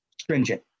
stringent